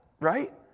Right